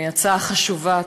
הצעה חשובה,